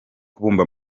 kubumba